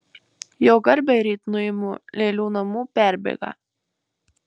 jo garbei ryt nuimu lėlių namų perbėgą